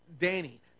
Danny